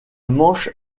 manche